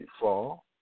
fall